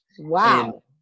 Wow